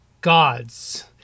Gods